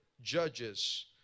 judges